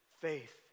faith